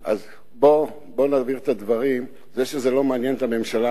אז בואו נבהיר את הדברים: שזה לא מעניין את הממשלה,